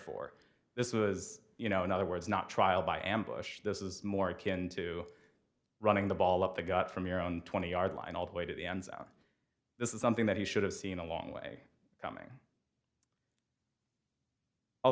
for this was you know in other words not trial by ambush this is more akin to running the ball up the got from your own twenty yard line all the way to the end zone this is something that he should have seen a long way coming